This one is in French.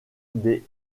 des